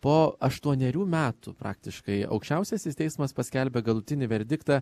po aštuonerių metų praktiškai aukščiausiasis teismas paskelbė galutinį verdiktą